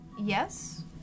Yes